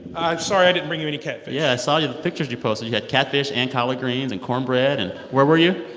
i'm sorry i didn't bring you any catfish yeah, i saw you the pictures you posted. you had catfish and collard greens and cornbread and where were you?